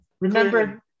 Remember